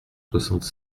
soixante